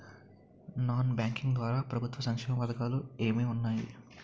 Non banking ద్వారా ప్రభుత్వ సంక్షేమ పథకాలు ఏంటి ఉన్నాయి?